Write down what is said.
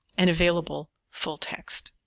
and available full text.